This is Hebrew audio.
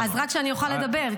זיהום סביבתי מכוון.